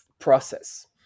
process